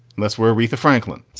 that's where aretha franklin